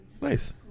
Nice